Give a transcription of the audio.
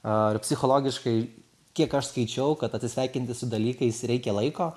ar psichologiškai kiek aš skaičiau kad atsisveikinti su dalykais reikia laiko